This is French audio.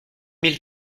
mille